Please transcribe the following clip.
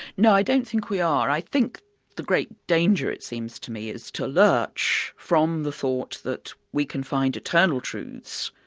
no, i don't think we are. i think the great danger, it seems to me, is to lurch from the thought that we can find eternal truths,